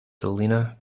selina